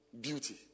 beauty